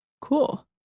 Cool